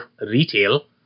retail